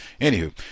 anywho